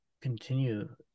continue